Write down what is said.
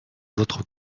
votre